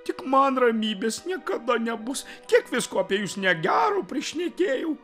tik man ramybės niekada nebus kiek visko apie jus negero prišnekėjau